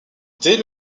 dès